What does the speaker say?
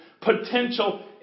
potential